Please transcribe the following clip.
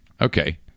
Okay